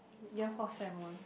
year four sem one